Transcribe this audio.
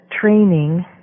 training